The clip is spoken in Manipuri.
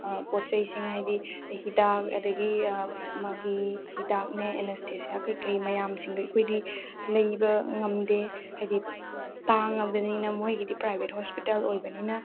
ꯄꯣꯠ ꯆꯩꯁꯤꯡ ꯍꯥꯏꯕꯗꯤ ꯍꯤꯗꯥꯛ ꯑꯗꯨꯗꯒꯤ ꯃꯥꯒꯤ ꯍꯤꯗꯥꯛꯅꯦ ꯑꯦꯅꯁꯊꯦꯁꯤꯌꯥ ꯀꯩꯀꯩ ꯃꯌꯥꯝꯁꯤꯡꯗꯣ ꯑꯩꯈꯣꯏꯗꯤ ꯂꯩꯕ ꯉꯝꯗꯦ ꯍꯥꯏꯕꯗꯤ ꯇꯥꯡꯉꯕꯅꯤꯅ ꯃꯣꯏꯒꯤꯗꯤ ꯄ꯭ꯔꯥꯏꯕꯦꯠ ꯍꯣꯁꯄꯤꯇꯥꯜ ꯑꯣꯏꯕꯅꯤꯅ